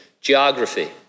geography